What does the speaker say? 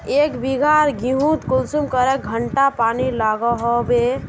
एक बिगहा गेँहूत कुंसम करे घंटा पानी लागोहो होबे?